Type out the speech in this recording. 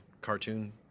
cartoon